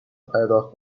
پرداخت